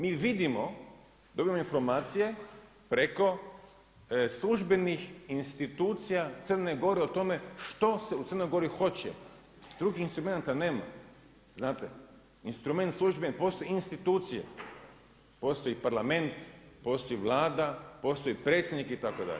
Mi vidimo, dobivamo informacije preko službenih institucija Crne Gore o tome što se u Crnoj Gori hoće, drugih instrumenata nema, znate, instrument službeni postoji institucije, postoji Parlament, postoji Vlada, postoji predsjednik itd.